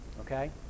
Okay